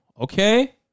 Okay